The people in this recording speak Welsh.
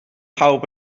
pawb